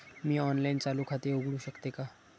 मी online चालू खाते उघडू शकते का?